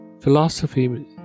philosophy